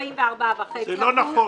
44.5% --- זה לא נכון.